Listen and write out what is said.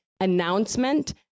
announcement